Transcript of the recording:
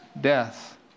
death